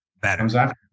better